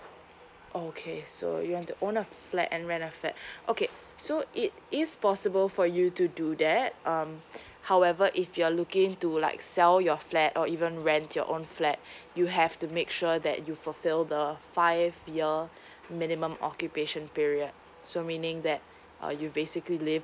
okay so you want to own a flat and rent a flat okay so it is possible for you to do that um however if you're looking to like sell your flat or even rent your own flat you have to make sure that you fulfil the five year minimum occupation period so meaning that uh you basically live